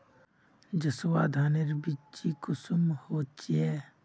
जसवा धानेर बिच्ची कुंसम होचए?